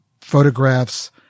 photographs